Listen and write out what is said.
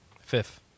Fifth